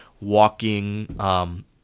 walking